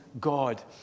God